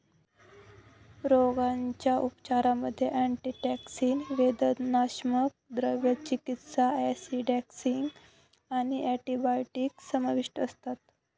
रोगाच्या उपचारांमध्ये अँटीटॉक्सिन, वेदनाशामक, द्रव चिकित्सा, ॲसिडॉसिस आणि अँटिबायोटिक्स समाविष्ट असतात